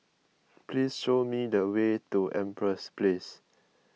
please show me the way to Empress Place